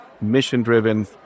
mission-driven